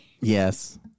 Yes